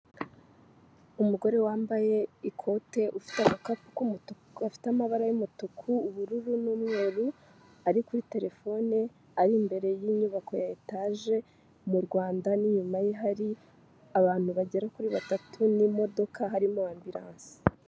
Umugore wambaye ikote ufite agakapu gafite amabara y'umutuku, ubururu, n'umweru ari kuri terefone ari imbere y'inyubako ya etage m'u Rwanda, n'inyuma ye hari abantu bagera kuri batatu n'imodoka harimo ambirase.